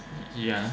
yeah